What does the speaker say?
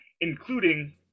including